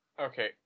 Okay